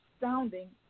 sounding